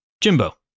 Jimbo